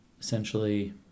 essentially